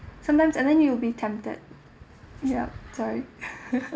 sometimes and then you will be tempted yup sorry